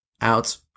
out